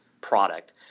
product